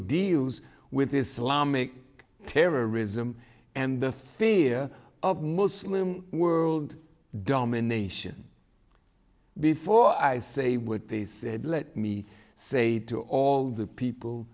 deals with this alarming terrorism and the fear of muslim world domination before i say with the said let me say to all the people